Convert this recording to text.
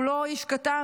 הוא לא איש קטן,